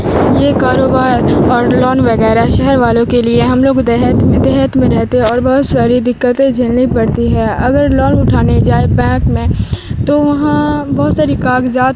یہ کاروبار اور لون وغیرہ شہر والوں کے لیے ہم لوگ دیہات میں دیہات میں رہتے اور بہت ساری دقتیں جھیلنی پڑتی ہے اگر لون اٹھانے جائے بینک میں تو وہاں بہت ساری کاغذات